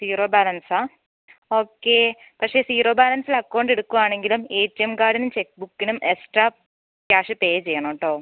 zero ബാലൻസാണോ okay പക്ഷേ zero ബാലൻസിൽ അക്കൗണ്ട് എടുക്കുകയാണെങ്കിലും എ ടി എം കാർഡിനും ചെക്ക് ബുക്കിനും എക്സ്ട്രാ ക്യാഷ് പേ ചെയ്യണം കേട്ടോ